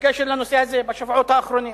בנושא הזה, בשבועות האחרונים.